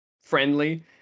friendly